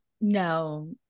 No